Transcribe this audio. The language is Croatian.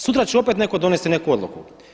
Sutra će opet netko donijeti neku odluku.